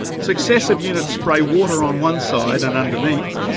successive units spray water on one side and underneath,